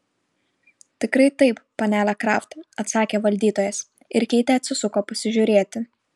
tikrai taip panele kraft atsakė valdytojas ir keitė atsisuko pasižiūrėti